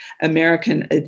American